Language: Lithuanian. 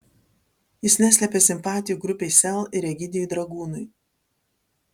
jis neslepia simpatijų grupei sel ir egidijui dragūnui